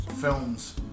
films